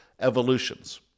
evolutions